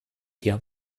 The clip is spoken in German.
hier